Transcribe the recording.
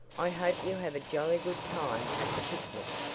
i hope you have a jolly good time at the picnic.